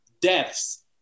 deaths